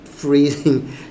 Freezing